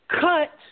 cut